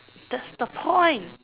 that's the point